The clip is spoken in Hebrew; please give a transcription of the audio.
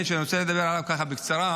תבוא לדיונים לקריאה